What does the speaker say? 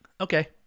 Okay